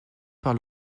par